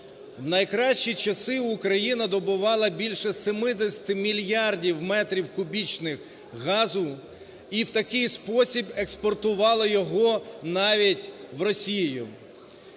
У найкращі часи Україна добувала більше 70 мільярдів метрів кубічних газу і у такий спосіб експортувала його навіть у Росію.